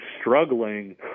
struggling